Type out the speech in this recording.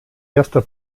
erster